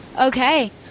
okay